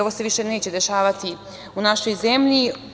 Ovo se više neće dešavati u našoj zemlji.